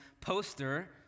poster